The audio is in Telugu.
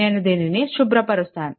నేను దీనిని శుభ్రపరుస్తాను